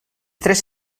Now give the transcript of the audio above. tres